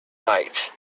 night